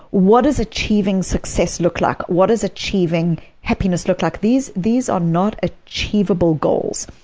what does achieving success look like? what does achieving happiness look like? these these are not ah achievable goals.